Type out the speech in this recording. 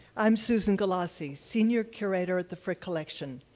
i'm susan galassi, senior curator at the frick collection.